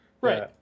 Right